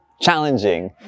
challenging